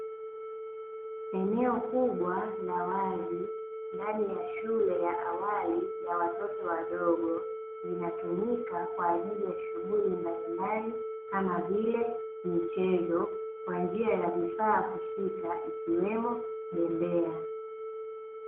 Eneo kubwa la wazi ndani ya shule ya awali la watoto wadogo, linatumika kwaajili ya shughuli mbalimbali kama vile michezo, kwa njia ya vifaa husika ikiwemo bembea.